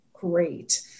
great